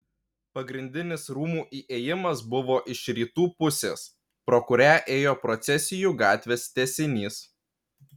pagrindinis rūmų įėjimas buvo iš rytų pusės pro kurią ėjo procesijų gatvės tęsinys